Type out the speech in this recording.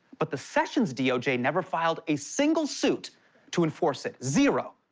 but the sessions doj never filed a single suit to enforce it. zero.